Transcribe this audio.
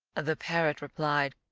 the parrot replied,